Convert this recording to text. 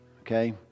okay